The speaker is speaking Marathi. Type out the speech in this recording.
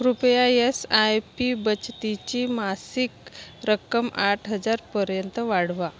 कृपया यस आय पी बचतीची मासिक रक्कम आठ हजारपर्यंत वाढवा